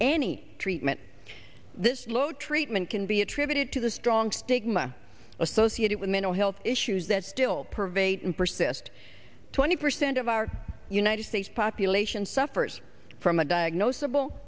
any treatment this low treatment can be attributed to the strong stigma associated with mental health issues that still pervade and persist twenty percent of our united states population suffers from a diagnos